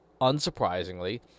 unsurprisingly